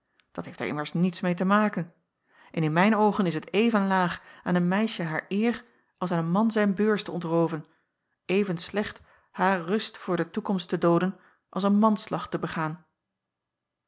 dat heeft er immers niets meê te maken en in mijn oogen is het even laag aan een meisje haar eer als aan een man zijn beurs te ontrooven even slecht haar rust voor de toekomst te dooden als een manslag te begaan